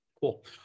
Cool